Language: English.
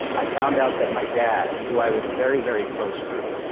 i found out that my dad, who i was very, very close to,